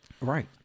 right